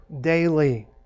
daily